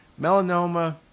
melanoma